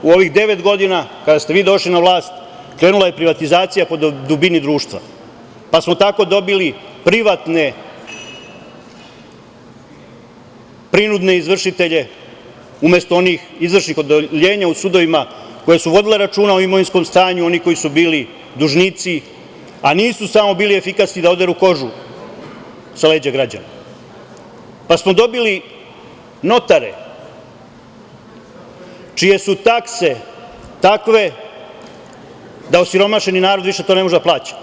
U ovih devet godina, kada ste vi došli na vlast, krenula je privatizacija po dubini društva, pa smo tako dobili privatne prinudne izvršitelje, umesto onih izvršnih odeljenja u sudovima koja su vodila računa o imovinskom stanju, oni koji su bili dužnici, a nisu bili samo efikasni da oderu kožu sa leđa građana, pa smo dobili notare čije su takse takve da osiromašeni narod to više ne može da plaća.